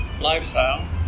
lifestyle